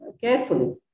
carefully